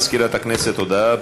מזכירת הכנסת, הודעה.